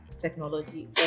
technology